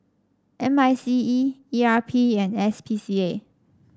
M I C E E R P and S P C A